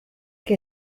que